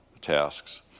tasks